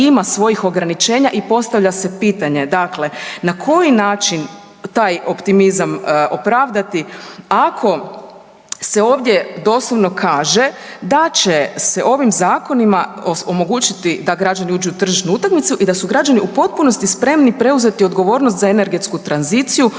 ima svoj ograničenja i postavlja se pitanje dakle na koji način taj optimizam opravdati ako se ovdje doslovno kaže da će se ovim zakonima omogućiti da građani uđu u tržišnu utakmicu i da su građani u potpunosti spremni preuzeti odgovornost za energetsku tranziciju